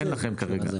אין לכם כרגע.